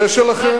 זה שלכם.